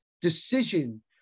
decision